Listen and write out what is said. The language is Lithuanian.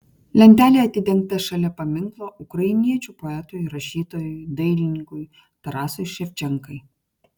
lentelė atidengta šalia paminklo ukrainiečių poetui rašytojui dailininkui tarasui ševčenkai